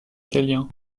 italien